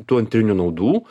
tų antrinių naudų